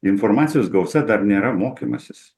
informacijos gausa dar nėra mokymasis